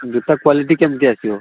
ଜୋତା କ୍ୱାଲିଟି କେମିତି ଆସିବ